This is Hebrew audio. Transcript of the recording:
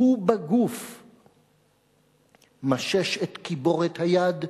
הוא בגוף!/ משש את קיבורת היד,